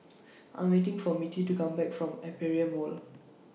I'm waiting For Mittie to Come Back from Aperia Mall